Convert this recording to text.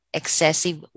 excessive